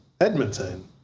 Edmonton